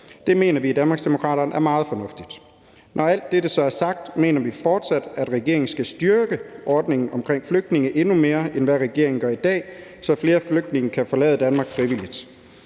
Det mener vi i Danmarksdemokraterne er meget fornuftigt Når alt dette så er sagt, mener vi fortsat, at regeringen skal styrke ordningen omkring flygtninge endnu mere, end regeringen gør i dag, så flere flygtninge kan forlade Danmark frivilligt.